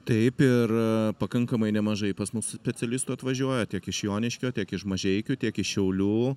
taip ir pakankamai nemažai pas mus specialistų atvažiuoja tiek iš joniškio tiek iš mažeikių tiek iš šiaulių